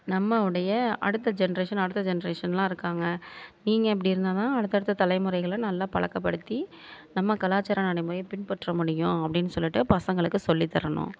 நம்ம உடைய அடுத்த ஜென்ரேஷன் அடுத்த ஜென்ரேஷனெலாம் இருக்காங்க நீங்கள் இப்படி இருந்தால் தான் அடுத்த அடுத்த தலைமுறைகளை நல்லா பழக்கப்படுத்தி நம்ம கலாச்சார நடைமுறையை பின்பற்ற முடியும் அப்படினு சொல்லிவிட்டு பசங்களுக்கு சொல்லித் தரணும்